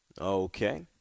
okay